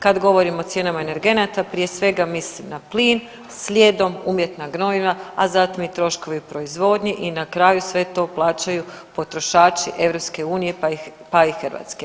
Kad govorim o cijenama energenata prije svega mislim na plin slijedom umjetna gnojiva, a zatim i troškovi proizvodnje i na kraju sve to plaćaju potrošači EU pa i Hrvatske.